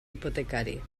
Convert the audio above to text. hipotecari